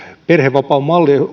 perhevapaamalli